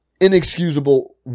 Inexcusable